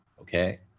okay